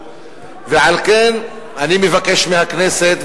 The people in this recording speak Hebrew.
ועל כן אני מבקש מהכנסת,